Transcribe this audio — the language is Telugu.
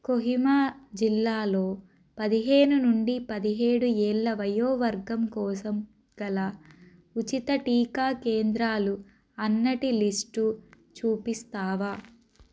కోహిమా జిల్లాలో పదిహేను నుండి పదిహేడు ఏళ్ల వయోవర్గం కోసం గల ఉచిత టీకా కేంద్రాలు అన్నటి లిస్టు చూపిస్తావా